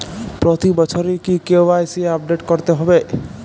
প্রতি বছরই কি কে.ওয়াই.সি আপডেট করতে হবে?